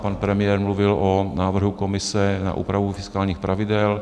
Pan premiér mluvil o návrhu komise na úpravu fiskálních pravidel.